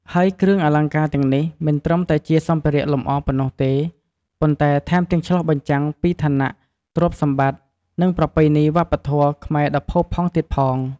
ហើយគ្រឿងអលង្ការទាំងនេះមិនត្រឹមតែជាសម្ភារៈលម្អប៉ុណ្ណោះទេ ប៉ុន្តែថែមទាំងឆ្លុះបញ្ចាំងពីឋានៈ ទ្រព្យសម្បត្តិ និងប្រពៃណីវប្បធម៌ខ្មែរដ៏ផូរផង់ទៀតផង។